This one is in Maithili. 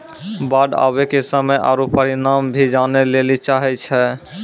बाढ़ आवे के समय आरु परिमाण भी जाने लेली चाहेय छैय?